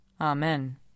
Amen